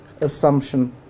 assumption